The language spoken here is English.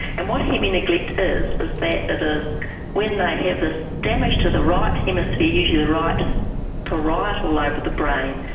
and what hemineglect is, is that it is when they have this damage to the right hemisphere, usually the right parietal lobe of the brain,